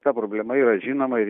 ta problema yra žinoma ir